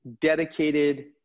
dedicated